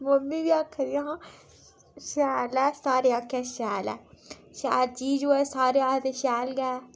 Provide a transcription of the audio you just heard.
mummy बी आखां दिया हियां शैल ऐ सारे आखै दे शैल ऐ शैल चीज़ होऐ सारे आखदे शैल गै ऐ